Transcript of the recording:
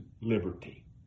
liberty